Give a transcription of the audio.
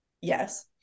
Yes